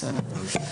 בסדר.